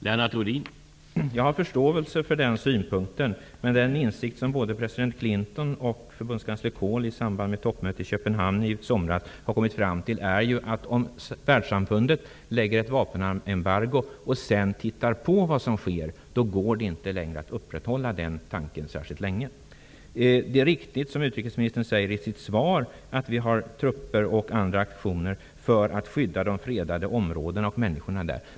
Herr talman! Jag har förståelse för den synpunkten. Men den insikt som både president Clinton och förbundskansler Kohl i samband med toppmötet i Köpenhamn i somras kom fram till är att det, om världssamfundet fattar beslut om ett vapenembargo och sedan bara tittar på vad som sker, inte går att upprätthålla ett sådant särskilt länge. Det är riktigt, som utrikesministern säger i sitt svar, att Sverige har skickat ner trupper och vidtagit andra aktioner för att skydda de fredade områdena och människorna där.